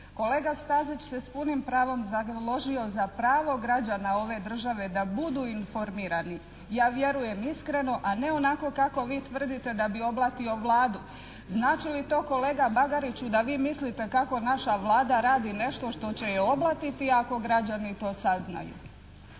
Kolega Stazić se s punim pravom založio za pravo građana ove države da budu informirani. Ja vjerujem iskreno a ne onako kako vi tvrdite da bi oblatio Vladu. Znači li to kolega Bagariću da vi mislite kako naša Vlada radi nešto što će je oblatiti ako građani to saznaju?